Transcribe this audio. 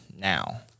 now